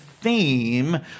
theme